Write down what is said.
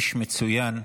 איש מצוין.